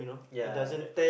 ya that